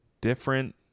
different